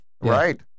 right